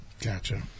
Gotcha